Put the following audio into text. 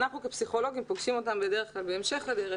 אנחנו כפסיכולוגים פוגשים אותם בדרך כלל בהמשך הדרך,